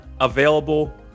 available